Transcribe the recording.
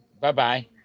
Bye-bye